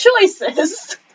choices